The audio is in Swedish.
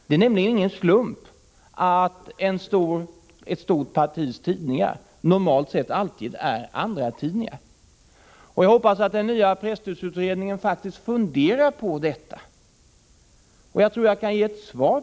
Det är nämligen ingen slump att ett stort partis tidningar normalt sett alltid är andratidningar. Jag hoppas att den nya presstödsutredningen funderar på detta. Jag tror att jag kan ge ett svar.